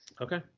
Okay